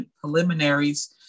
preliminaries